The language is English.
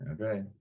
okay